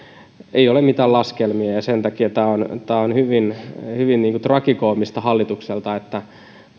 ei ole mitään laskelmia ja sen takia tämä on hyvin hyvin tragikoomista hallitukselta että